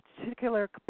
particular